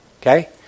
Okay